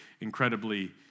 incredibly